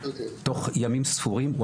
תוך ימים ספורים,